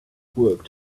worked